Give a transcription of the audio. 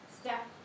step